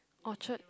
Orchard